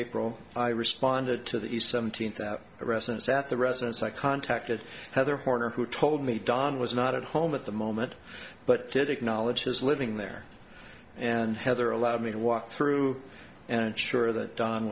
april i responded to the seventeenth that residence at the residence i contacted heather horner who told me don was not at home at the moment but did acknowledge his living there and heather allowed me to walk through and sure that d